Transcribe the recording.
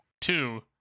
Two